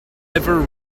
ever